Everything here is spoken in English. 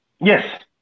yes